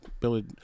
Billy